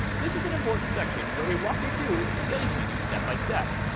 this is an important section where we walk you through your settings menu step by step,